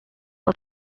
got